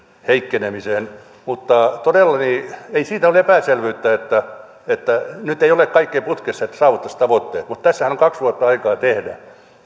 heikkenemiseen mutta todellakin ei siitä ole epäselvyyttä että että nyt ei ole kaikki putkessa jotta saavutettaisiin tavoitteet mutta tässähän on kaksi vuotta aikaa tehdä